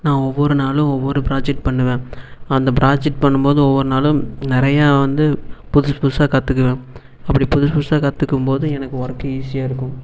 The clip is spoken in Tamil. நான் ஒவ்வொரு நாளும் ஒவ்வொரு ப்ராஜக்ட் பண்ணுவேன் அந்த ப்ராஜக்ட் பண்ணும் போது ஒவ்வொரு நாளும் நிறையா வந்து புதுசு புதுசாக கத்துக்கிறேன் அப்படி புதுசு புதுசாக கத்துக்கும் போது எனக்கு ஒர்க் ஈஸியாக இருக்கும்